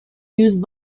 used